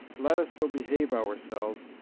let us so behave ourselves,